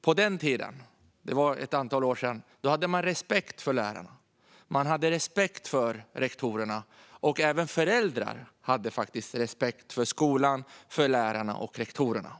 På den tiden - det var ett antal år sedan - hade man respekt för lärarna och rektorerna. Även föräldrar hade faktiskt respekt för skolan, för lärarna och för rektorerna.